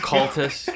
Cultists